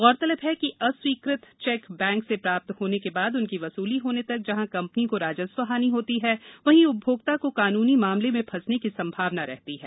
गौरतलब है कि अस्वीकृत चेक बैंक से प्राप्त होने के बाद उनकी वसूली होने तक जहाँ कंपनी को राजस्व हानि होती है वहीं उपभोक्ता को कानूनी मामले में फंसने की सम्भावना रहती है